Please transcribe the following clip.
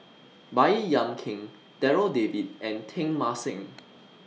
Baey Yam Keng Darryl David and Teng Mah Seng